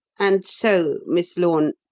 and so miss lorne,